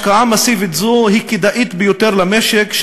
השקעה מסיבית זו היא כדאית ביותר למשק,